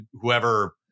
whoever